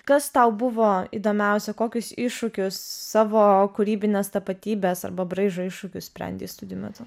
kas tau buvo įdomiausia kokius iššūkius savo kūrybinės tapatybės arba braižo iššūkius sprendei studijų metu